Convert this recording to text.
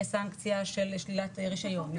יש סנקציה של שלילת רישיון,